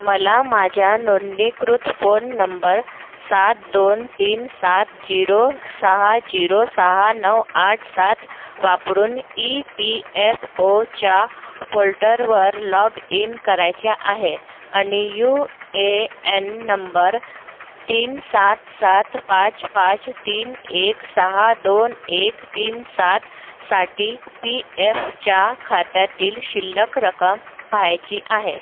मला माझ्या नोंदणीकृत फोन नंबर सात दोन तीन सात जिरो सहा जिरो सहा नऊ आठ सात वापरून ई पी एफ ओच्या पोल्टरवर लॉग इन करायचे आहे अणि यू ए एन नंबर तीन सात सात पाच पाच तीन एक सहा दोन एक तीन सात साठी पी एफच्या खात्यातील शिल्लक रकम पहायची आहे